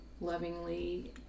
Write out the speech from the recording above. lovingly